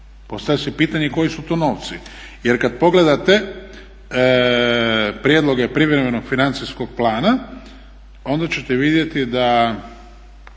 Postavlja se pitanje koji su to novci? Jer kad pogledate prijedloge privremenog financijskog plana onda ćete vidjeti da